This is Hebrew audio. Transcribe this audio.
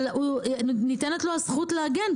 ניתנת לו הזכות להגן.